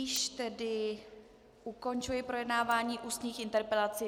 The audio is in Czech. Tudíž tedy ukončuji projednávání ústních interpelací.